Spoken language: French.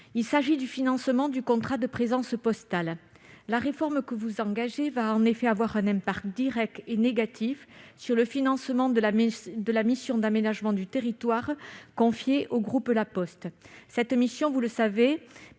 : le financement du contrat de présence postale. La réforme que vous engagez aura un impact direct et négatif sur le financement de la mission d'aménagement du territoire confiée au groupe La Poste. Cette mission, vous le savez,